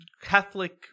Catholic